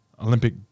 olympic